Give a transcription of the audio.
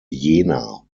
jena